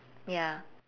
ya